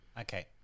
Okay